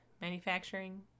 manufacturing